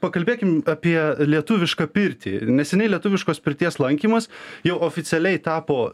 pakalbėkim apie lietuvišką pirtį neseniai lietuviškos pirties lankymas jau oficialiai tapo